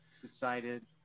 decided